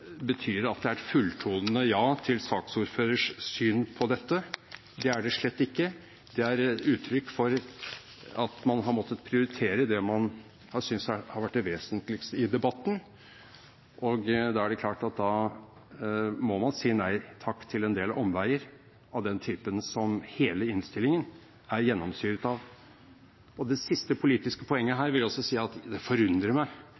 betyr at det er et fulltonende ja til saksordførerens syn på dette. Det er det slett ikke, det er uttrykk for at man har måttet prioritere det man synes er det vesentligste i debatten, og da er det klart at man må si nei takk til en del omveier av den typen som hele innstillingen er gjennomsyret av. Det siste politiske poenget mitt her er at det forundrer meg